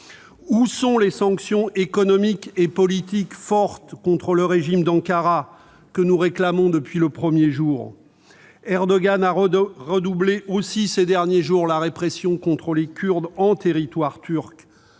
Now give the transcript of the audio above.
Où sont les sanctions économiques et politiques fortes contre le régime d'Ankara que nous réclamons depuis le premier jour ? Erdogan a aussi redoublé, ces derniers jours, la répression contre les Kurdes en territoire turc.